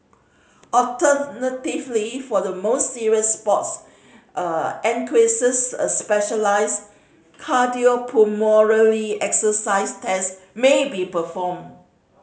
alternatively for the more serious sports a specialised exercise test may be performed